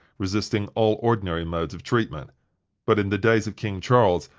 resisting all ordinary modes of treatment but in the days of king charles,